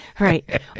Right